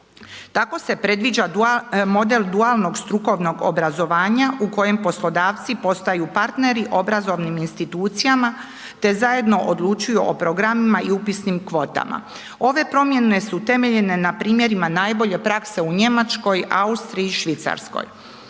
Tako se predviđa model dualnog strukovnog obrazovanja u kojem poslodavci postaju partneri obrazovnim institucijama te zajedno odlučuju o programima i upisnim kvotama. Ove promjene su temeljene na primjerima najbolje prakse u Njemačkoj, Austriji i Švicarskoj.